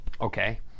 okay